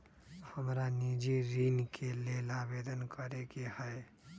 हमरा निजी ऋण के लेल आवेदन करै के हए